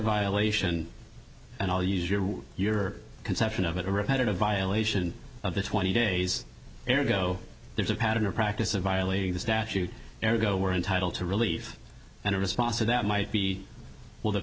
violation and i'll use your your conception of it a repetitive violation of the twenty days ago there's a pattern or practice of violating the statute or go we're entitled to relief and a response to that might be well the